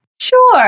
Sure